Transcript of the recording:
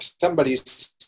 somebody's